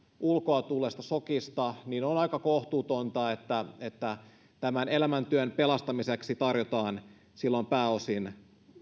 ulkoa tulleesta sokista niin on aika kohtuutonta että että elämäntyön pelastamiseksi tarjotaan silloin pääosin